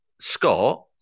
Scott